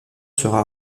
sera